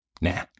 Nah